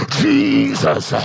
jesus